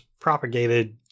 propagated